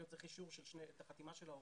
הוא צריך את החתימה של ההורים.